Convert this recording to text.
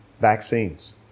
Vaccines